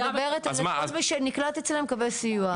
כל מי שנקלט אצלנו מקבל סיוע.